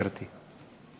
גברתי.